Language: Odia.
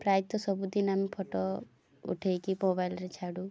ପ୍ରାୟତଃ ସବୁଦିନ ଆମେ ଫୋଟୋ ଉଠେଇକି ମୋବାଇଲ୍ରେ ଛାଡ଼ୁ